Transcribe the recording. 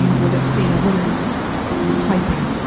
would have seen a woman typing.